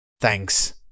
Thanks